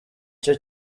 cyo